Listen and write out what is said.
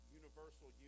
universal